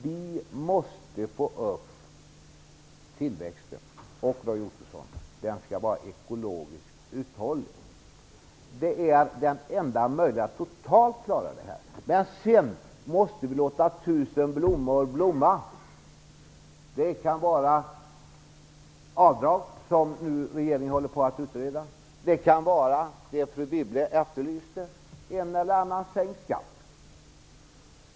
Vi måste få upp tillväxten. Den skall vara ekologiskt uthållig, Roy Ottosson. Det är den enda möjligheten att totalt klara detta. Men sedan måste vi låta tusen blommor blomma. Det kan vara avdrag, som regeringen nu håller på att utreda. Det kan vara det fru Wibble efterlyste, dvs. en eller annan sänkt skatt.